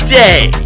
day